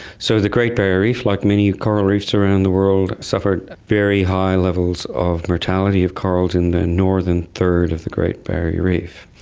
so the great barrier reef like many coral reefs around the world suffered very high levels of mortality of corals in the northern third of the great barrier reef.